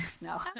No